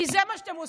כי זה מה שאתם עושים.